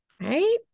right